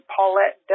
Paulette